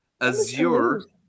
Azure